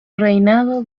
reinado